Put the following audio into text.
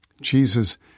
Jesus